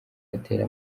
atera